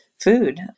food